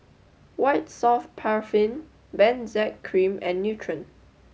White Soft Paraffin Benzac Cream and Nutren